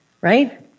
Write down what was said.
Right